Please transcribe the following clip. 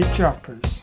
Choppers